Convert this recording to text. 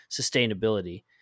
sustainability